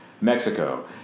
Mexico